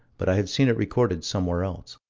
but i have seen it recorded somewhere else.